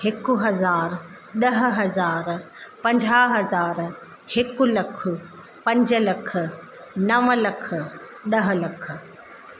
हिकु हज़ार ॾह हज़ार पंजाहु हजार हिकु लख पंज लखु नव लख ॾह लख